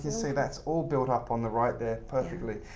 see that's all built up on the right there perfectly.